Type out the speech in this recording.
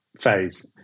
phase